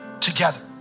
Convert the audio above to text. together